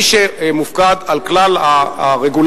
מי שמופקד על כלל הרגולציה,